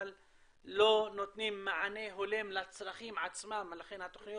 אבל הן לא נותנות מענה הולם לצרכים עצמם ולכן התוכניות